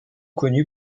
connue